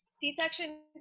C-section